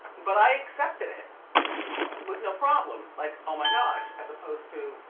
but i accepted it with no problem, like, oh my gosh as opposed to,